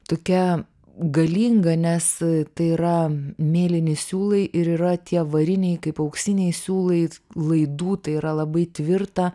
tokia galinga nes tai yra mėlyni siūlai ir yra tie variniai kaip auksiniai siūlai laidų tai yra labai tvirta